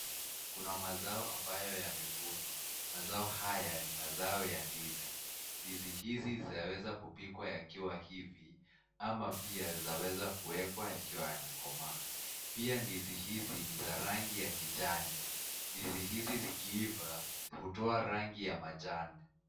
Kuna mazao ambayo yamevunwa, mazao haya ni mazao ya ndizi. Ndizi hizi zaweza kupikwa yakiwa hivi ama pia zaweza kuwekwa yakiwa yamekomaa. Pia ndizi hizi za rangi ya kijani. ndizi hizi zikiiva utoa rangi ya manjano.